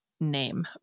name